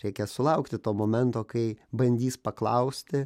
reikia sulaukti to momento kai bandys paklausti